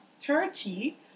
Turkey